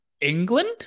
England